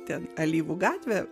ten alyvų gatvė